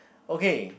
okay